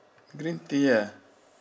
green tea ah